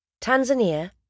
Tanzania